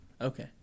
Okay